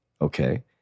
Okay